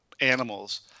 animals